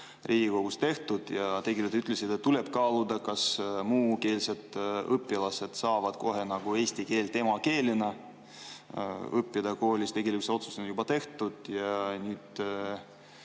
Riigikogus tehtud. Te ütlesite, et tuleb kaaluda, kas muukeelsed õpilased saavad kohe eesti keelt emakeelena õppida koolis. Tegelikult see otsus on juba tehtud. Ja nüüd